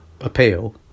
appeal